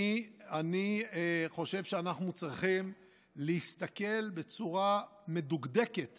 אני חושב שאנחנו צריכים להסתכל בצורה מדוקדקת